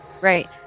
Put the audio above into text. Right